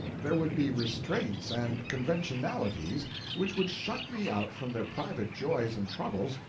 there would be restraints and conventionalities which would shut me out from their private joys and troubles,